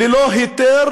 ללא היתר